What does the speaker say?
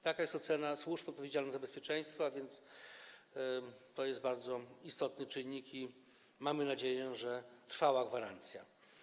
Taka jest ocena służb odpowiedzialnych za bezpieczeństwo, a więc jest to bardzo istotny czynnik i, mamy nadzieję, trwała gwarancja.